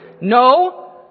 No